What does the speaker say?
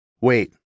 Wait